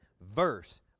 verse